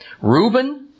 Reuben